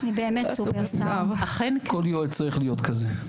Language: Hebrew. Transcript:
כל יועץ צריך להיות כזה.